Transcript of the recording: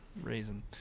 reason